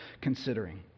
considering